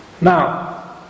Now